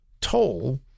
toll